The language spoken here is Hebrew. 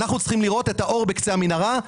ואנחנו צריכים לראות את האור בקצה המנהרה.